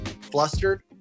flustered